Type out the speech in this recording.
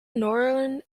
northern